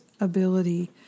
ability